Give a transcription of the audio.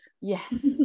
Yes